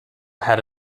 had